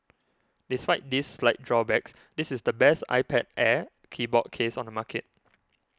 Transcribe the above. despite these slight drawbacks this is the best iPad Air keyboard case on the market